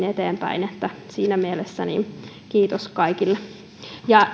eteenpäin siinä mielessä kiitos kaikille ja